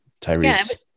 Tyrese